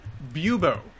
Bubo